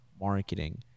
marketing